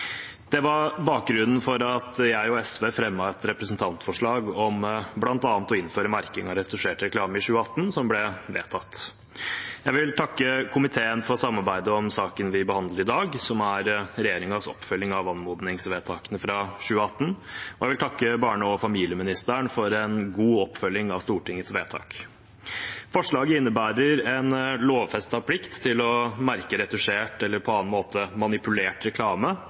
Det var bakgrunnen for at jeg og SV fremmet et representantforslag om bl.a. å innføre merking av retusjert reklame i 2018, som ble vedtatt. Jeg vil takke komiteen for samarbeidet om saken vi behandler i dag, som er regjeringens oppfølging av anmodningsvedtakene fra 2018, og jeg vil takke barne- og familieministeren for en god oppfølging av Stortingets vedtak. Forslaget innebærer en lovfestet plikt til å merke retusjert eller på annen måte manipulert reklame